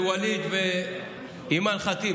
ווליד ואימאן ח'טיב,